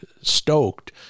stoked